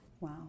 Wow